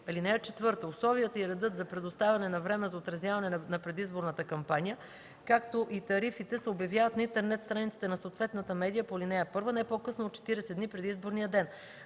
и цени. (4) Условията и редът за предоставяне на време за отразяване на предизборната кампания, както и тарифите се обявяват на интернет страницата на съответната медия по ал. 1 не по-късно от 40 дни преди изборния ден.